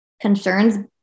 concerns